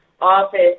office